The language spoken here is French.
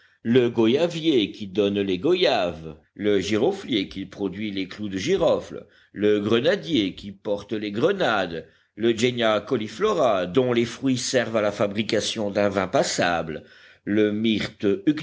le goyavier qui donne les goyaves le giroflier qui produit les clous de girofle le grenadier qui porte les grenades l eugenia cauliflora dont les fruits servent à la fabrication d'un vin passable le myrte